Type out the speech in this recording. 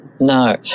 No